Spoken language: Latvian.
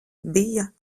bija